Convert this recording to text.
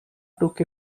took